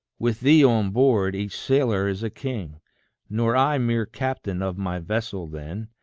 with thee on board, each sailor is a king nor i mere captain of my vessel then,